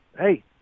hey